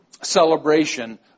celebration